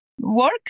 work